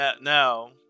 now